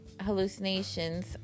hallucinations